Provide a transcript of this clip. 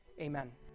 Amen